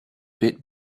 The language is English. bit